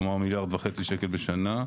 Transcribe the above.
כלומר 1.5 מיליארד שקל בשנה.